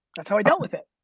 that's how i dealt with it.